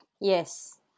Yes